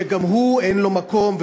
שגם הוא אין לו מקום,